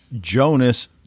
Jonas